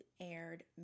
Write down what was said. aired